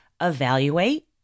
evaluate